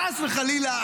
חס וחלילה,